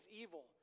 evil